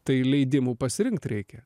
tai leidimų pasirinkt reikia